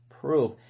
proof